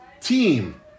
team